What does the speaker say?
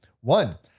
One